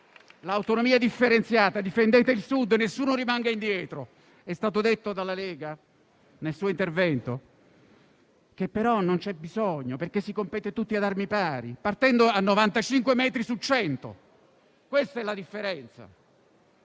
L'autonomia differenziata, difendete il Sud, "nessuno rimanga indietro": è stato detto dalla Lega nei vari interventi che però non c'è bisogno, perché si compete tutti ad armi pari, partendo a 95 metri su 100. Questa è la differenza.